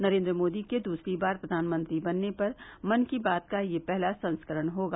नरेन्द्र मोदी के दूसरी बार प्रधानमंत्री बनने पर मन की बात का यह पहला संस्करण होगा